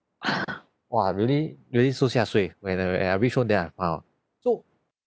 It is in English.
!wah! really really so xia suay when I when I reach home then I found out so